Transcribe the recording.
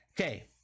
okay